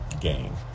game